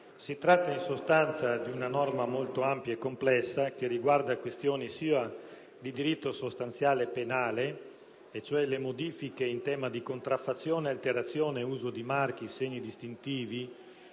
intende introdurre, infatti, è molto ampia e complessa e riguarda questioni sia di diritto sostanziale penale, cioè le modifiche in tema di reati di contraffazione, alterazione, o uso di marchi segni distintivi,